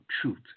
truth